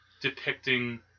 depicting